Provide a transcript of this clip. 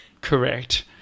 Correct